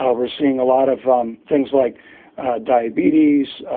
um we're seeing a lot of um things like diabetes,